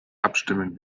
abstimmen